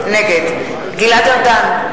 נגד גלעד ארדן,